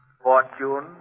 Fortune